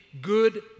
good